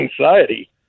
anxiety